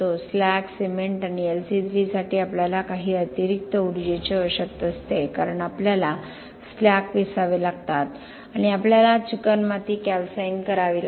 slag cement आणि LC3 साठी आपल्याला काही अतिरिक्त ऊर्जेची आवश्यकता असते कारण आपल्याला स्लॅग पीसावे लागतात आणि आपल्याला चिकणमाती कॅल्साइन करावी लागते